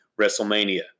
WrestleMania